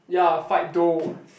ya fight dough